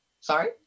Sorry